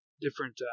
different